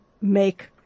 make